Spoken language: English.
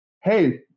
hey